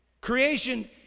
Creation